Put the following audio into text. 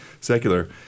secular